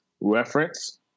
reference